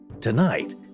Tonight